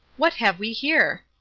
what have we here?